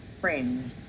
Fringe